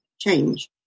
change